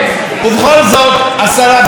השרה ביקשה לתקן.